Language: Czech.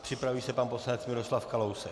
Připraví se pan poslanec Miroslav Kalousek.